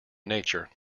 nature